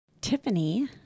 Tiffany